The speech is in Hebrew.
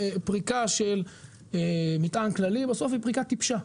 פריקה של מטען כללי, בסוף היא פריקה "טיפשה".